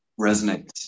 resonates